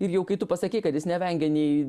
ir jau kai tu pasakei kad jis nevengia nei